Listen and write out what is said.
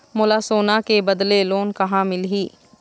मोला सोना के बदले लोन कहां मिलही?